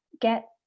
get